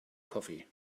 coffee